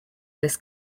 this